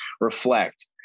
reflect